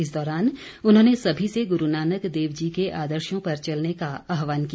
इस दौरान उन्होंने सभी से गुरू नानक देव जी के आदर्शों पर चलने का आह्वान किया